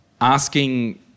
asking